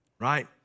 right